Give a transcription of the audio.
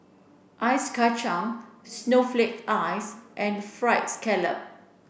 Ice Kachang snowflake ice and fried scallop